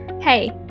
Hey